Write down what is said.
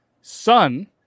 son